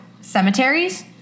cemeteries